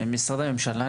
משרדי הממשלה,